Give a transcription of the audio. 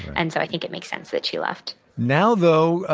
and so i think it makes sense that she left now, though,